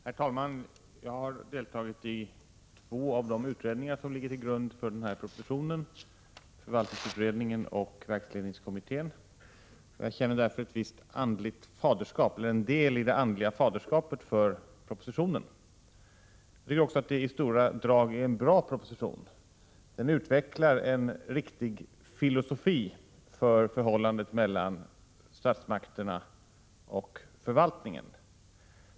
Herr talman! Jag har deltagit i två av de utredningar som ligger till grund för propositionen — förvaltningsutredningen och verksledningskommittén — och känner därför del i det andliga faderskapet för propositionen. Det är i stora drag en bra proposition. Den utvecklar en riktig filosofi för förhållandet mellan statsmakterna och förvaltningen.